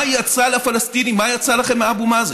מה יצא לפלסטינים, מה יצא לכם מאבו מאזן?